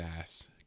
ass